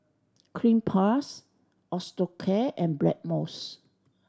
Cleanz Plus Osteocare and Blackmores